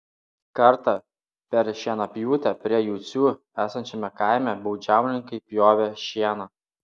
kartą per šienapjūtę prie jucių esančiame kaime baudžiauninkai pjovė šieną